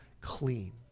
clean